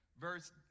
verse